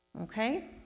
Okay